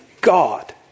God